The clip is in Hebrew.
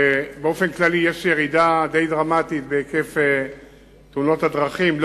אבל באופן כללי יש ירידה די דרמטית בהיקף תאונות הדרכים,